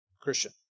Christian